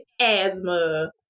asthma